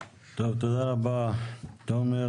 נכתבו די הרבה מפרטים בתקופה הזאת.